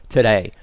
Today